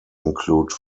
include